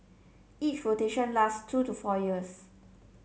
each rotation lasts two to four years